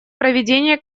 проведения